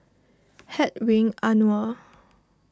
Hedwig Anuar